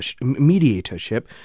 mediatorship